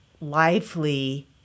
lively